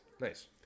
Nice